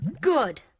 GOOD